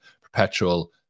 perpetual